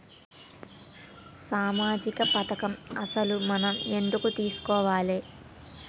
సామాజిక పథకం అసలు మనం ఎందుకు చేస్కోవాలే?